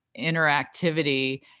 interactivity